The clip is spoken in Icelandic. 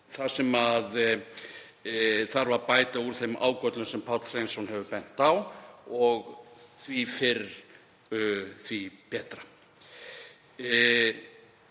þar sem þarf að bæta úr þeim ágöllum sem Páll Hreinsson hefur bent á. Og því fyrr, því betra.